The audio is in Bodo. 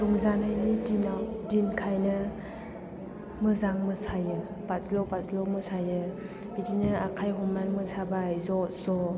रंजानायनि दिनखायनो मोजां मोसायो बाज्ल' बाज्ल' मोसायो बिदिनो आखाइ हमनानै मोसाबाय ज' ज'